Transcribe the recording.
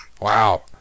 wow